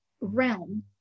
realm